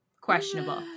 questionable